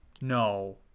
No